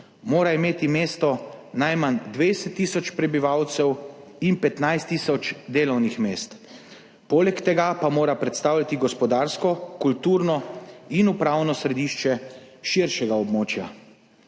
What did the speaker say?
mora imeti najmanj 20 tisoč prebivalcev in 15 tisoč delovnih mest, poleg tega pa mora predstavljati gospodarsko, kulturno in upravno središče širšega območja.